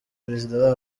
perezida